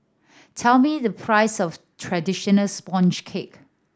tell me the price of traditional sponge cake